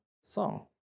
song